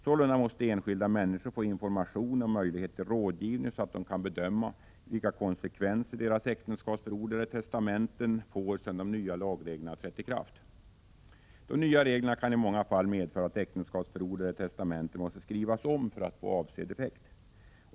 Sålunda måste enskilda människor få information och möjlighet till rådgivning så att de kan bedöma vilka konsekvenser deras äktenskapsförord eller testamenten får sedan de nya lagreglerna trätt i kraft. De nya reglerna kan i många fall medföra att äktenskapsförord eller testamente måste skrivas om för att få avsedd effekt.